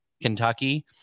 Kentucky